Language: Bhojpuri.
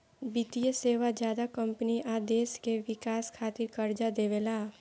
वित्तीय सेवा ज्यादा कम्पनी आ देश के विकास खातिर कर्जा देवेला